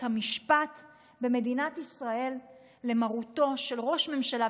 המשפט ואת מדינת ישראל למרותו של ראש ממשלה.